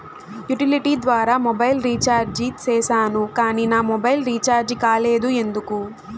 Utility ద్వారా mobile recharge సేసాను కానీ నా మొబైల్ రీచార్జి కాలేదు ఎందుకు?